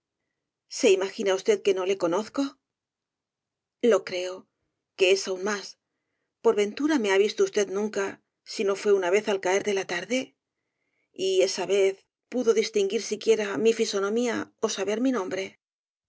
se imagina usted que no le conozco lo creo que es aiin más por ventura me ha visto usted nunca si no fué una vez al caer de la tarde y esa vez pudo distinguir siquiera mi fisonomía ó saber mi nombre